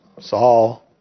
Saul